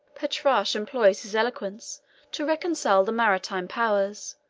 petrarch employs his eloquence to reconcile the maritime powers,